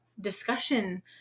discussion